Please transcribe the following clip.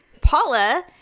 paula